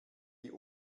die